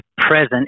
present